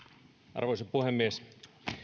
arvoisa puhemies